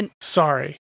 sorry